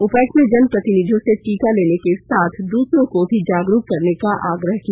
उपायुक्त ने जनप्रतिनिधियों से टीका लेने के साथ दूसरों को भी जागरूक करने का आग्रह किया